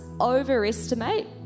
overestimate